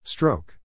Stroke